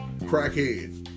crackhead